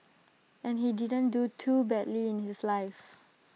and he didn't do too badly in his life